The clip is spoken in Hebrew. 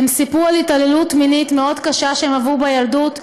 הם סיפרו לי על התעללות מינית מאוד קשה שהם עברו בילדות,